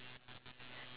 iya